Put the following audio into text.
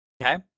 Okay